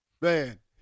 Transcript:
Man